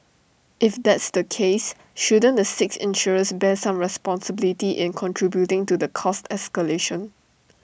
if that's the case shouldn't the six insurers bear some responsibility in contributing to the cost escalation